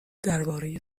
درباره